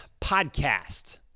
podcast